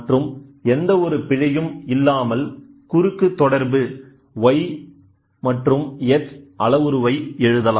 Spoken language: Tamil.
மற்றும் எந்த ஒரு பிழையும் இல்லாமல் குறுக்கு தொடர்பு Yமற்றும் X அளவுருவை எழுதலாம்